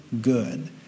good